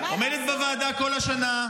עומדת בוועדה כל השנה,